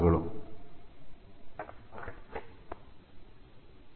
ಶಬ್ದಸಂಗ್ರಹ